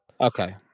Okay